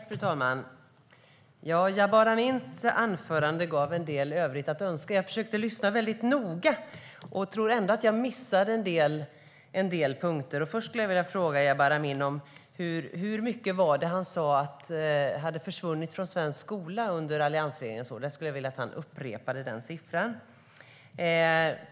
Fru talman! Jabar Amins anförande lämnade en del övrigt att önska. Jag försökte att lyssna väldigt noga, men jag tror ändå att jag missade en del punkter. Först vill jag fråga Jabar Amin: Hur mycket var det som hade försvunnit från svensk skola under alliansregeringens år? Jag skulle vilja att han upprepade den siffran.